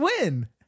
win